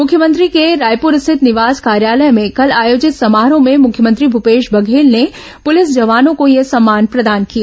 मुख्यमंत्री के रायपुर्र स्थित निवास कार्यालय में कल आयोजित समारोह में मुख्यमंत्री भूपेश बघेल ने पूलिस जवानों को ये सम्मान प्रदान किए